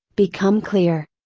become clear.